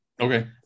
Okay